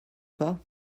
pas